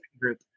group